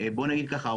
בוא נגיד ככה,